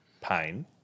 pain